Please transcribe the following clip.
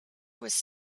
was